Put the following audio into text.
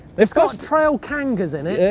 it's got trail kangas in it. yeah.